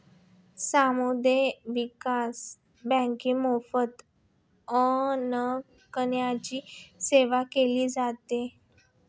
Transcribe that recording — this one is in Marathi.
समुदाय विकास बँकांमार्फत अनेकांची सेवा केली जाते